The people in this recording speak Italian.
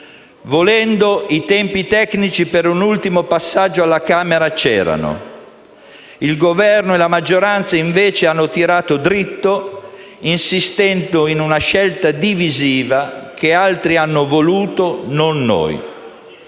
Volendo, i tempi tecnici per un ultimo passaggio alla Camera c'erano; il Governo e la maggioranza, invece, hanno tirato diritto insistendo su una scelta divisiva che altri hanno voluto, non noi.